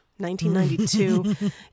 1992